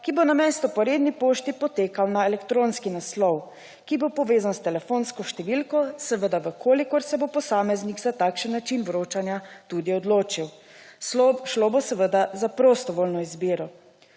ki bo namesto po redni pošti potekal na elektronski naslov, ki bo povezan s telefonsko številko, seveda v kolikor se bo posameznik za takšen način vročanja tudi odločil. Šlo bo seveda za prostovoljno izbiro.